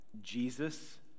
Jesus